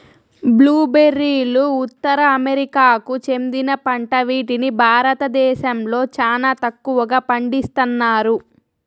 blue బెర్రీలు ఉత్తర అమెరికాకు చెందిన పంట వీటిని భారతదేశంలో చానా తక్కువగా పండిస్తన్నారు